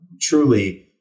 truly